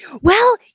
Well-